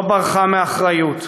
לא ברחה מאחריות.